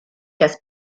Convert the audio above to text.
das